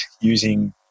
using